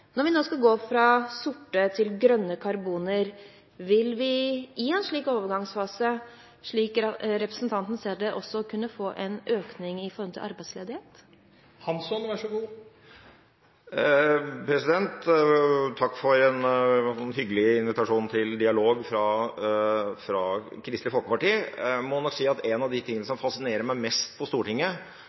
Når man nå skal gå fra sorte til grønne karboner, vil man – slik representanten ser det – i en slik overgangsfase også kunne få en økning i arbeidsledigheten? Takk for en hyggelig invitasjon til dialog fra Kristelig Folkeparti. Jeg må nok si at en av de tingene som fasinerer meg mest på Stortinget,